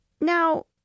Now